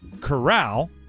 Corral